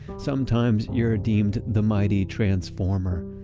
sometimes you're deemed the mighty transformer,